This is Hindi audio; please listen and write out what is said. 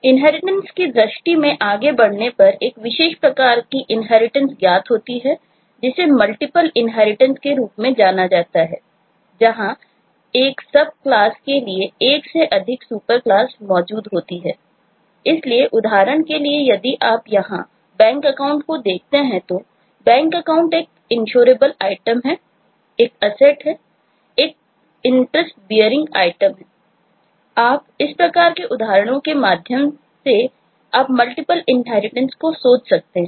इनहेरिटेंस को सोच सकते हैं